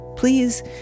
Please